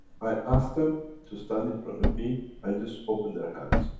i ask them to stand in front of me and just open their hands.